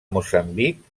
moçambic